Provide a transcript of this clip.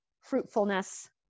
fruitfulness